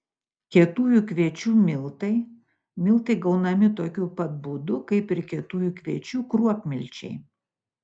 kietųjų kviečių miltai miltai gaunami tokiu pat būdu kaip ir kietųjų kviečių kruopmilčiai